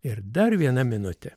ir dar viena minutė